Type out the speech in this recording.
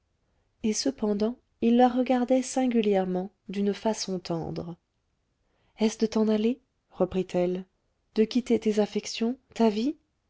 et cependant il la regardait singulièrement d'une façon tendre est-ce de t'en aller reprit-elle de quitter tes affections ta vie